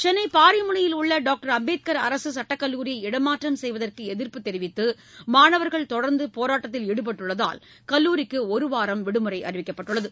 சென்னை பாரிமுனையில் உள்ள டாக்டர் அம்பேத்கர் அரசு சட்டக்கல்லூரியை இடமாற்றம் செய்வதற்கு எதிர்ப்பு தெரிவித்து மாணவர்கள் தொடர்ந்து போராட்டத்தில் ஈடுபட்டுள்ளதால் கல்லூரிக்கு ஒருவாரம் விடுமுறை அளிக்கப்பட்டுள்ளது